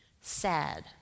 sad